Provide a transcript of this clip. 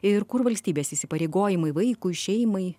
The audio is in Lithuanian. ir kur valstybės įsipareigojimai vaikui šeimai